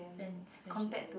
friend friendship is it